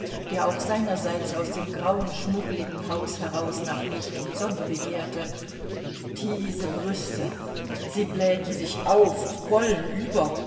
der auch seinerseits aus dem grauen schmuggeligen hause heraus nach licht und sonne begehrte diese brüste sie blähten sich auf quollen über